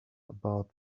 about